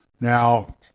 Now